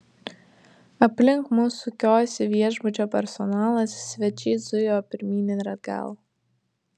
aplink mus sukiojosi viešbučio personalas svečiai zujo pirmyn ir atgal